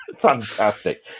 Fantastic